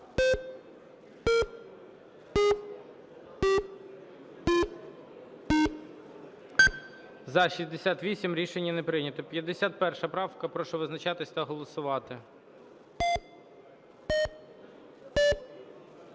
За-68 Рішення не прийнято. 51 правка. Прошу визначатись та голосувати.